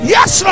Yes